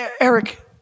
Eric